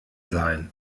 sein